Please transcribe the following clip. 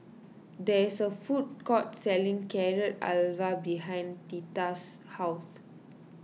there is a food court selling Carrot Halwa behind theta's house